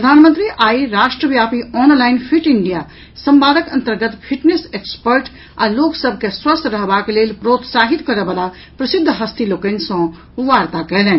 प्रधानमंत्री आई राष्ट्रव्यापी ऑनलाईन फिट इंडिया संवादक अन्तर्गत फिटनेस एक्सपर्ट आ लोक सभ के स्वस्थ रहबाक लेल प्रोत्साहित करय वला प्रसिद्ध हस्ती लोकनि सँ वार्ता कयलनि